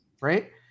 right